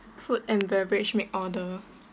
food and beverage make order